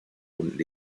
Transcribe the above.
und